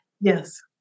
yes